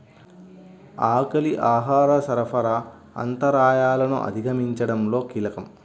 ఆకలి ఆహార సరఫరా అంతరాయాలను అధిగమించడంలో కీలకం